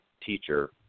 teacher